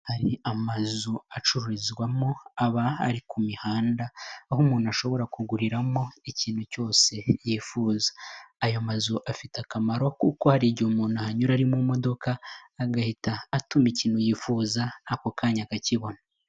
Hari amazu acururizwamo aba ari ku mihanda, aho umuntu ashobora kuguriramo ikintu cyose yifuza. Ayo mazu afite akamaro, kuko hari igihe umuntu ahanyura ari mu modoka agahita atuma ikintu yifuza, ako kanya akakibona.